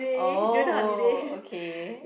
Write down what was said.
orh okay